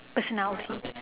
personality